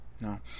no